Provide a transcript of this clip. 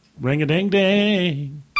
Ring-a-ding-ding